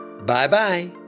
Bye-bye